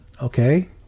Okay